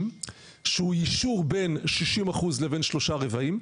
שהוא יישור בין 60% לבין שלושה רבעים,